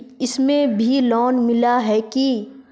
इसमें भी लोन मिला है की